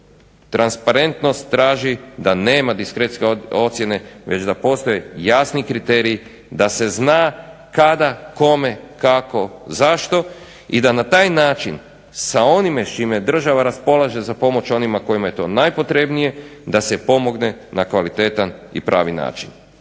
transparentnost traži da nema diskrecijske ocjene već da postoje jasni kriteriji da se zna kada, kome, kako, zašto i da na taj način sa onime s čime država raspolaže za pomoć onima kojima je to najpotrebnije da se pomogne na kvalitetan i pravi način.